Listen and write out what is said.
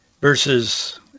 verses